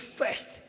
first